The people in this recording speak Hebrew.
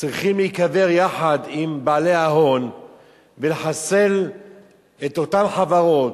צריכים להיקבר יחד עם בעלי ההון ולחסל את אותן חברות,